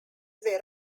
were